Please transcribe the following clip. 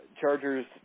Chargers